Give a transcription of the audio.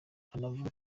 anavuga